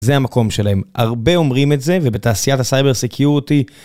זה המקום שלהם, הרבה אומרים את זה, ובתעשיית הסייבר סקיוריטי.